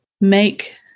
make